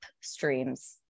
streams